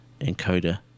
encoder